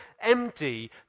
empty